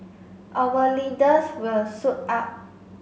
our leaders will suit up